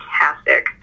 fantastic